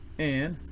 and